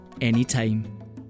anytime